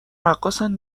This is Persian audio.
رقاصن